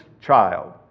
child